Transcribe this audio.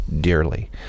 dearly